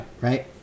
Right